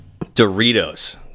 doritos